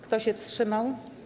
Kto się wstrzymał?